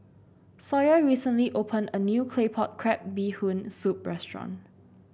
Sawyer recently opened a new Claypot Crab Bee Hoon Soup restaurant